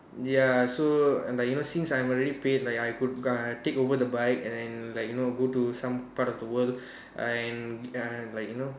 ya so like you know since I'm already paid like I could uh take over the bike and then like you go to some part of the world and uh like you know